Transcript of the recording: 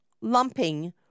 lumping